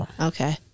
Okay